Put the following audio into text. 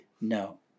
No